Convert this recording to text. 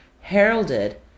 heralded